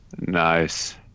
Nice